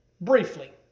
briefly